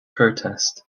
protest